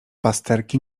pasterki